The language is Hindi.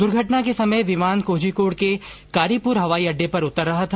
दर्घटना के समय विमान कोझिकोड के कारीपुर हवाई अड़डे पर उतर रहा था